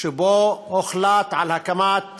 שבו הוחלט על הקמת